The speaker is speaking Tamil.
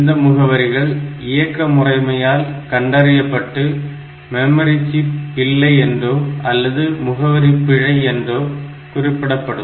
இந்த முகவரிகள் இயக்க முறைமையால் கண்டறியப்பட்டு மெமரி சிப் இல்லை என்றோ அல்லது முகவரிபிழை என்றோ குறிப்பிடப்படும்